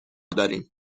داریم